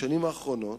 בשנים האחרונות,